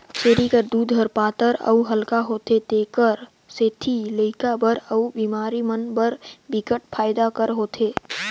छेरी कर दूद ह पातर अउ हल्का होथे तेखर सेती लइका बर अउ बेमार मन बर बिकट फायदा कर होथे